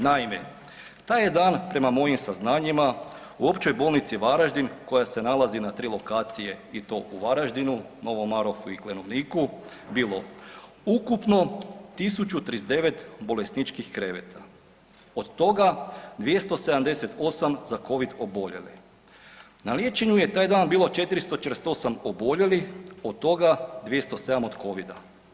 Naime, taj je dan prema mojim saznanjima u Općoj bolnici Varaždin koja se nalazi na tri lokacije i to u Varaždinu, Novom Marofu i Klenovniku bilo ukupno 1039 bolesničkih kreveta od toga 278 za covid oboljele, na liječenju je taj dan bilo 448 oboljelih od toga 207 od covida.